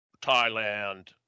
Thailand